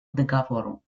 договору